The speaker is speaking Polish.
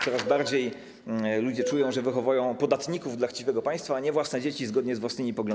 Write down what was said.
Coraz bardziej ludzie czują, że wychowują podatników dla chciwego państwa, a nie własne dzieci zgodnie z własnymi poglądami.